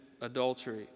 adultery